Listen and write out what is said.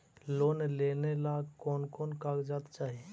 Loan लेने ला कोन कोन कागजात चाही?